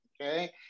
okay